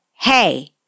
hey